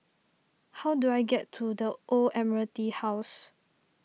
how do I get to the Old Admiralty House